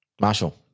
Marshall